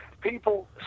people